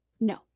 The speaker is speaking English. No